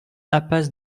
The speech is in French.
impasse